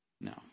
No